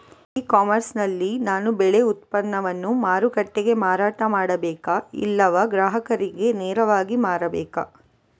E commerce ನಲ್ಲಿ ನಾನು ಬೆಳೆ ಉತ್ಪನ್ನವನ್ನು ಮಾರುಕಟ್ಟೆಗೆ ಮಾರಾಟ ಮಾಡಬೇಕಾ ಇಲ್ಲವಾ ಗ್ರಾಹಕರಿಗೆ ನೇರವಾಗಿ ಮಾರಬೇಕಾ?